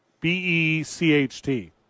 B-E-C-H-T